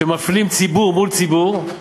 כשמפלים ציבור מול ציבור,